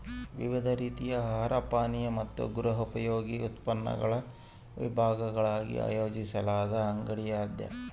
ವಿವಿಧ ರೀತಿಯ ಆಹಾರ ಪಾನೀಯ ಮತ್ತು ಗೃಹೋಪಯೋಗಿ ಉತ್ಪನ್ನಗಳ ವಿಭಾಗಗಳಾಗಿ ಆಯೋಜಿಸಲಾದ ಅಂಗಡಿಯಾಗ್ಯದ